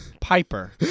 Piper